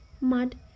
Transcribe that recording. mud